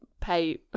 pay